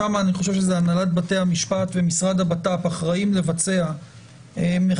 שם הנהלת בתי המשפט והמשרד לביטחון פנים אחראים לבצע מחקר,